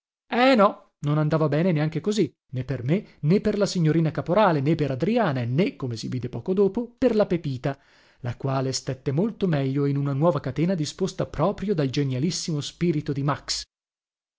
e no non andava bene neanche così né per me né per la signorina caporale né per adriana e né come si vide poco dopo per la pepita la quale stette molto meglio in una nuova catena disposta proprio dal genialissimo spirito di max